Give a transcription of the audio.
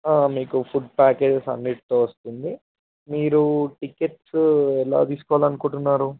మీకు food packages అన్నింటితో వస్తుంది మీరు టికెట్స్ ఎలా తీసుకోవాలి అనుకుంటున్నారు